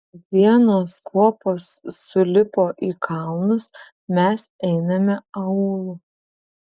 vienos kuopos sulipo į kalnus mes einame aūlu